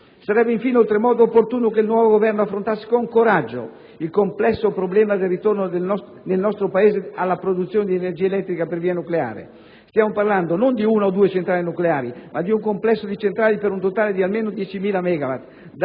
Sarebbe infine oltremodo opportuno che il nuovo Governo affrontasse con coraggio il complesso problema del ritorno nel nostro Paese alla produzione dì energia elettrica per via nucleare. Stiamo parlando non di una o due centrali nucleari, ma di un complesso di centrali per un totale di almeno 10.000 megawatt